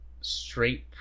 straight